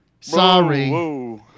sorry